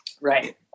Right